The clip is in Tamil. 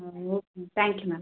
ah okay ma'am thank you ma'am